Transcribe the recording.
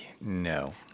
No